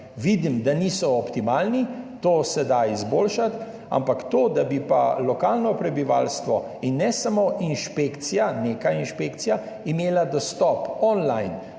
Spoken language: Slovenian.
vidim, da niso optimalni. To se da izboljšati. Ampak to, da bi pa lokalno prebivalstvo, in ne samo inšpekcija, neka inšpekcija,